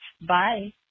Bye